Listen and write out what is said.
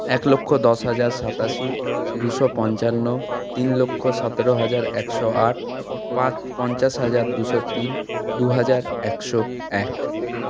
এক লক্ষ দশ হাজার সাতাশি দুশো পঞ্চান্ন তিন লক্ষ সতেরো হাজার একশো আট পাঁচ পঞ্চাশ হাজার দুশো তিন দুহাজার একশো এক